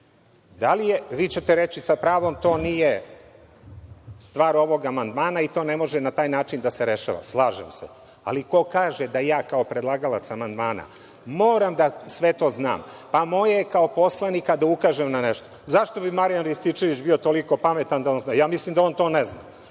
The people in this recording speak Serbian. preplaćeni. Vi ćete reći sa pravom – to nije stvar ovog amandmana i to ne može na taj način da se rešava. Slažem se, ali ko kaže da ja kao predlagač amandmana moram da sve to znam? Pa, moje je kao poslanika da ukažem na nešto. Zašto bi Marijan Rističević bio toliko pametan da to zna? Ja mislim da on to ne zna.